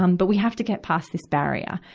um but we have to get past this barrier.